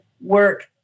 work